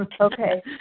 Okay